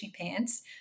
pants